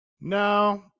No